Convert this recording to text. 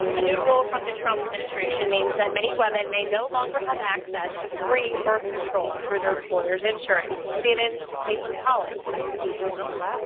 a new rule from the trump administration means many women may no longer have access to free birth control through their employers' insurance. cnn's caitlin collins has the details.